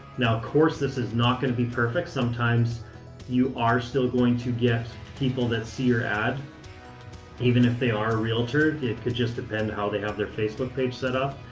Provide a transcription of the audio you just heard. now of course, this is not going to be perfect. sometimes you are still going to get people that see your ad even if they are a realtor. it could just depend how they have their facebook page set up,